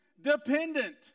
dependent